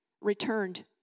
returned